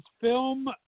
film